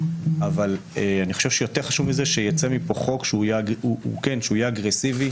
אבל אני חושב שיותר חשוב מזה שיצא מכאן חוק שהוא יהיה אגרסיבי,